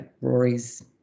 Rory's